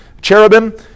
cherubim